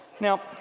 Now